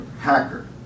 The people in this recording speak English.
Hacker